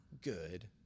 good